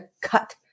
cut